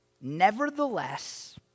Nevertheless